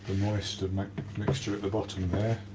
moist of my mixture at the bottom there.